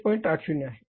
80 आहे